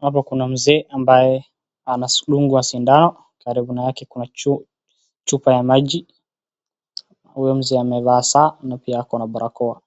Hapa kuna mzee ambaye anadungwa sindano. Karibu nake kuna chupa ya maji. Huo mzee amevaa saa na pia ako na barakoa.